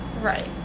Right